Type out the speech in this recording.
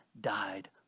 died